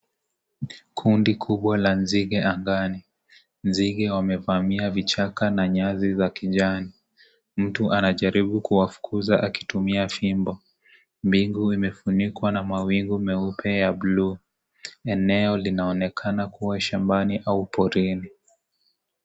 Kundi kubwa la nzige wamevamia vichaka na nyasi za kijani mtu anajaribu kuwafukuza akitumia fimbo mbingu imefunikwa na mawingu meupe ya blue eneo linaonekana kuwa shambani au porini.